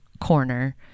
corner